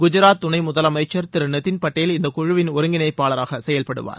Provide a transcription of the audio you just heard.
குஜராத் துணை முதலமைச்ச் திரு நிதின் படேல் இந்த குழுவின் ஒருங்கிணைப்பாளராக செயல்படுவார்